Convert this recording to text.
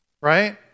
right